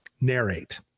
narrate